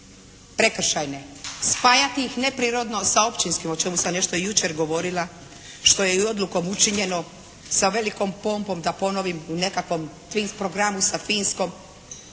spajati ih neprirodno sa općinskim o čemu sam nešto jučer govorila što je i odlukom učinjeno sa velikom pompom da ponovim u nekakvom …/Govornica se